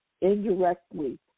indirectly